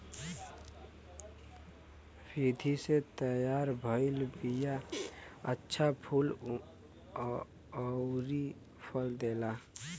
विधि से तैयार भइल बिया अच्छा फूल अउरी फल देला